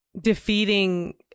defeating